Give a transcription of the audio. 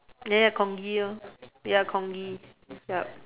ya ya congee orh ya congee